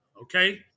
Okay